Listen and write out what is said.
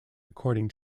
according